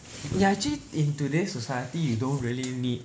ya actually in today's society you don't really need